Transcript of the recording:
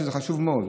שזה חשוב מאוד,